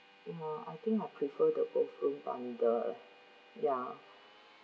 ya I think I prefer the both room bundle lah ya